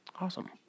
Awesome